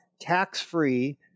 tax-free